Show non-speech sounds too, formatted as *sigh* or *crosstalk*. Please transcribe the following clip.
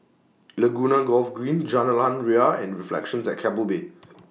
Laguna Golf Green Jalan Ria and Reflections At Keppel Bay *noise*